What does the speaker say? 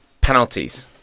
penalties